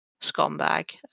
scumbag